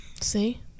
See